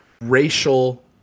racial